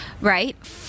Right